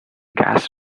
gas